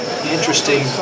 Interesting